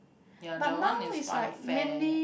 ya that one is funfair